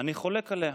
אני חולק עליה.